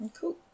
Cool